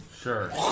Sure